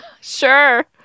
sure